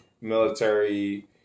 military